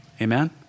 amen